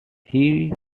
played